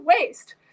waste